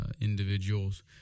individuals